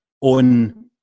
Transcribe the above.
on